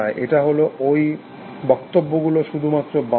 এটা হল ওই বক্তব্যগুলোর শুধুমাত্র বাঁক